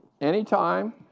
anytime